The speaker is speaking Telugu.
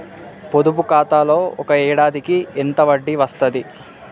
పొదుపు ఖాతాలో ఒక ఏడాదికి ఎంత వడ్డీ వస్తది?